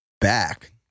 back